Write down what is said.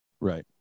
Right